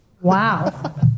Wow